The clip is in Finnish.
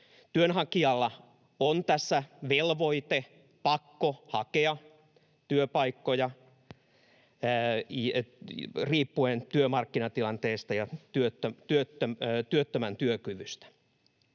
Työnhakijalla on tässä velvoite, pakko hakea työpaikkoja riippuen työmarkkinatilanteesta ja työttömän työkyvystä.